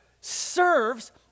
serves